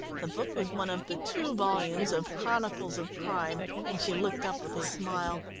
the book was one of the two volumes of chronicles of crime, and she looked up with a smile.